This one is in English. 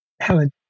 Helen